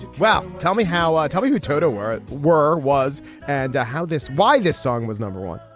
wow. tell me how. tell me you toto were, were, was and how this why this song was number one,